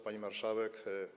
Pani Marszałek!